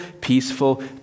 peaceful